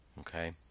okay